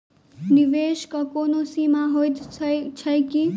निवेश केँ कोनो सीमा होइत छैक की?